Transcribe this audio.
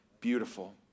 beautiful